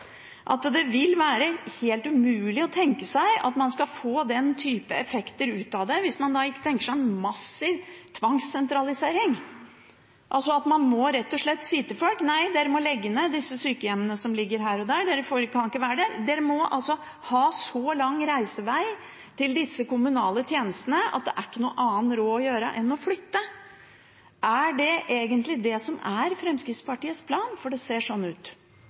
at det vil være helt umulig å tenke seg at man skal få den type effekter ut av det, hvis man da ikke tenker seg en massiv tvangssentralisering. Man må rett og slett si til folk: Nei, dere må legge ned disse sykehjemmene som ligger her og der, de kan ikke være der, dere må ha så lang reisevei til disse kommunale tjenestene at det er ikke noe annet å gjøre enn å flytte. Er det egentlig det som er Fremskrittspartiets plan – for det ser sånn ut?